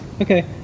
Okay